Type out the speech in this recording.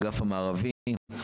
האגף המערבי,